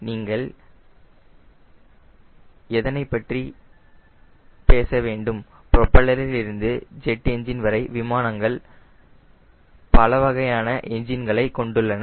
நீங்கள் என்ஜின் பற்றி பேச வேண்டும் ப்ரொபல்லரிலிருந்து ஜெட் என்ஜின் வரை விமானங்கள் பலவகையான என்ஜின்களை கொண்டுள்ளன